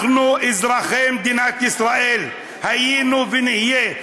אנחנו, אזרחי מדינת ישראל, היינו ונהיה.